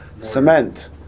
cement